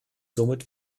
somit